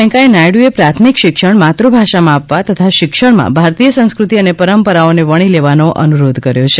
વેંકૈયા નાયડુએ પ્રાથમિક શિક્ષણ માતૃભાષામાં આપવા તથા શિક્ષણમાં ભારતીય સંસ્કૃતિ અને પરંપરાઓને વણી લેવાનો અનુરોધ કર્યો છે